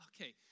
okay